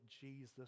Jesus